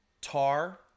tar